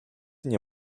nie